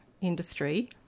industry